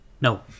No